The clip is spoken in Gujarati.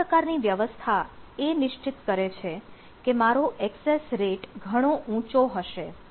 તો આ પ્રકારની વ્યવસ્થા એ નિશ્ચિત કરે છે કે મારો એક્સેસ રેટ ઘણો ઊંચો હશે